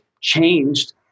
changed